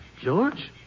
George